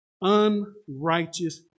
unrighteous